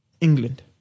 England